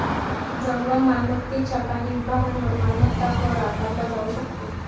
जंगम मालमत्तेच्या काही विभागांवर मालमत्ता कर आकारला जाऊ शकतो